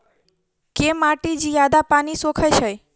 केँ माटि जियादा पानि सोखय छै?